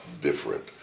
different